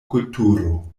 kulturo